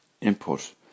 input